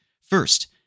First